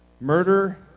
murder